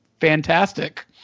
fantastic